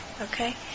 okay